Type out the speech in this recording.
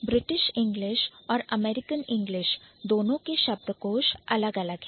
British English और American English दोनों के शब्दकोश अलग अलग हैं